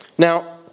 Now